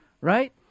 right